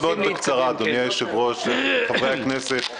מאוד בקצרה, אדוני היושב-ראש, חברי הכנסת.